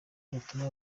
dutuma